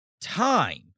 time